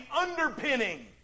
underpinning